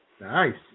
Nice